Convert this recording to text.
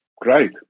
Great